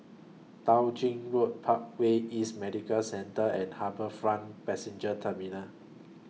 Tao Ching Road Parkway East Medical Centre and HarbourFront Passenger Terminal